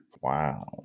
Wow